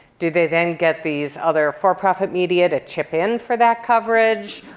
do they then get these other for profit media to chip in for that coverage?